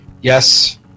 yes